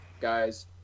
guys